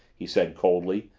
he said coldly,